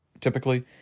typically